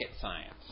science